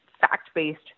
fact-based